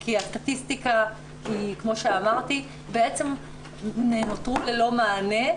בעצם נותרו ללא מענה.,